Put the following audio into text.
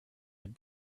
had